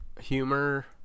humor